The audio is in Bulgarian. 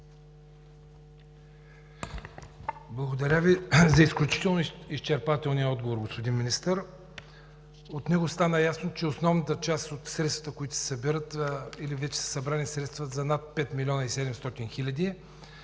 Благодаря Ви за изключително изчерпателния отговор, господин Министър. От него стана ясно, че основната част от средствата, които се събират – вече са събрани средства над 5 млн. 700 хил.